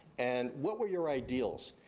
and what were your ideals?